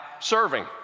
serving